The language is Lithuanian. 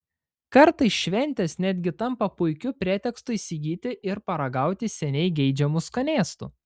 kartais šventės netgi tampa puikiu pretekstu įsigyti ir paragauti seniai geidžiamų skanėstų